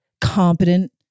competent